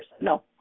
no